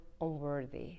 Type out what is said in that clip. unworthy